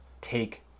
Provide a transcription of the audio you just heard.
take